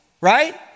right